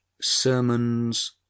Sermons